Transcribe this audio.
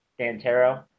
Santero